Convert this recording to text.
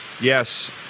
Yes